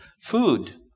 food